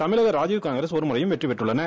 தமிழக ராஜீவ் காங்கிரஸ்ஒரு மு றையும் வெற்றி பெற்றுள்ளன